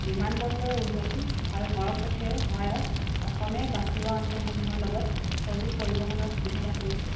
বিমানবন্দৰ উন্নতি আৰু সৰগপথেৰ সহায়ত অসমে বাছ লোৱা অঞ্চলসমূহৰ লগত সজিল পৰিবহণৰ সুবিধা লাভ কৰিছে